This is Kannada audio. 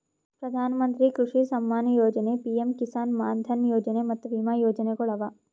ಪ್ರಧಾನ ಮಂತ್ರಿ ಕೃಷಿ ಸಮ್ಮಾನ ಯೊಜನೆ, ಪಿಎಂ ಕಿಸಾನ್ ಮಾನ್ ಧನ್ ಯೊಜನೆ ಮತ್ತ ವಿಮಾ ಯೋಜನೆಗೊಳ್ ಅವಾ